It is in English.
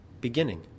beginning